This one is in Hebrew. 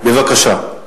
בבקשה.